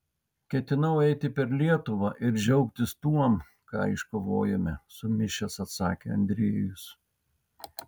ketinau eiti per lietuvą ir džiaugtis tuom ką iškovojome sumišęs atsakė andriejus